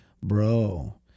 bro